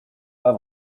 pas